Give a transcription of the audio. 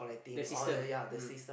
the system mm